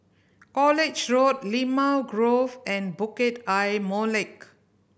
College Road Limau Grove and Bukit Ayer Molek